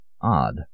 Odd